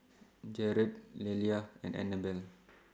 Jerad Lelia and Anabella